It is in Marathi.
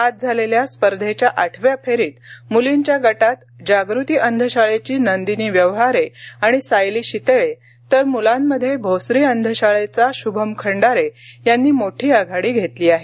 आज झालेल्या स्पर्धेच्या आठव्या फेरीत मुलींच्या गटात जागृती अंधशाऴेची नंदीनी व्यवहारे आणि सायली शितेक्रे तर मुलांमध्ये भोसरी अंधशाळेचा श्भम खंडारे यांनी मोठी आघाडी घेतली आहे